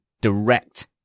direct